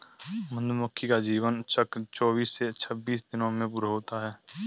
मधुमक्खी का जीवन चक्र चौबीस से छब्बीस दिनों में पूरा होता है